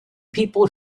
people